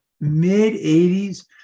mid-80s